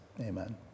Amen